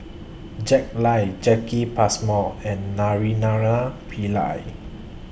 Jack Lai Jacki Passmore and Naraina Pillai